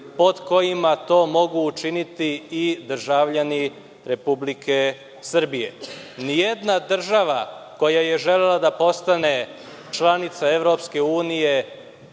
pod kojima to mogu učiniti i državljani Republike Srbije. Ni jedna država koja je želela da postane članica EU to nije